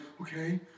okay